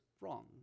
wrong